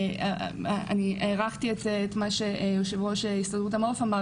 אני הערכתי את מה שיו"ר הסתדרות המעו"ף אמר